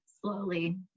slowly